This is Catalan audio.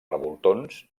revoltons